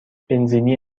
بنزینی